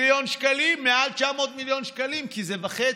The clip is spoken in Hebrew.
מיליון שקלים, מעל 900 מיליון שקלים, כי זה וחצי.